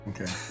Okay